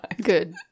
Good